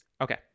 Okay